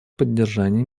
поддержании